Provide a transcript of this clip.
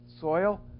soil